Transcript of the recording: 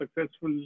successful